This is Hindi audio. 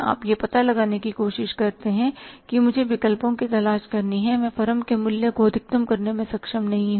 आप यह पता लगाने की कोशिश करें कि मुझे विकल्पों की तलाश करनी है मैं फर्म के मूल्य को अधिकतम करने में सक्षम नहीं हूं